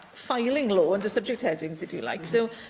filing law under subject headings, if you like. so,